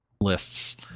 lists